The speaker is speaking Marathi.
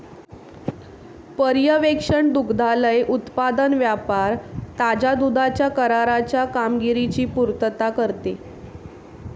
पर्यवेक्षण दुग्धालय उत्पादन व्यापार ताज्या दुधाच्या कराराच्या कामगिरीची पुर्तता करते